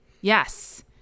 Yes